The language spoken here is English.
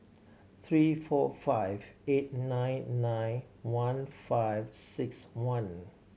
three four five eight nine nine one five six one